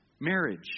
marriage